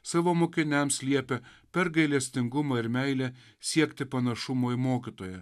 savo mokiniams liepia per gailestingumą ir meilę siekti panašumo į mokytoją